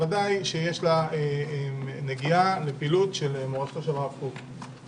בוודאי שיש לה נגיעה לפעילות של מורשתו של הרב קוק.